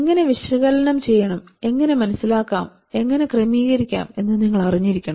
എങ്ങനെ വിശകലനം ചെയ്യണം എങ്ങനെ മനസിലാക്കാം എങ്ങനെ ക്രമീകരിക്കാം എന്ന് നിങ്ങൾ അറിഞ്ഞിരിക്കണം